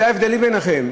אלה ההבדלים ביניכם.